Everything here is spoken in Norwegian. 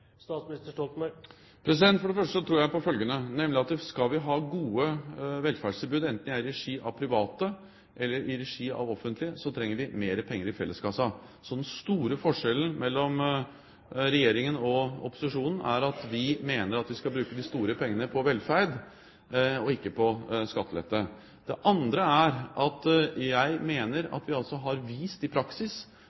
For det første tror jeg på følgende: Skal vi ha gode velferdstilbud, enten i regi av private eller i regi av det offentlige, trenger vi mer penger i felleskassen. Den store forskjellen mellom regjeringen og opposisjonen er at vi mener at vi skal bruke de store pengene på velferd, og ikke på skattelette. Det andre er at jeg mener